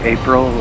April